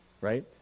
Right